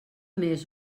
més